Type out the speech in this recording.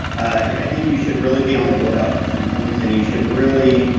i think you should really be on the look out for symptoms and you should really,